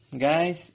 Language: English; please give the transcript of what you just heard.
guys